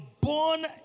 born